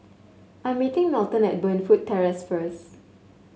I'm meeting Melton at Burnfoot Terrace first